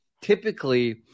Typically